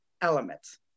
elements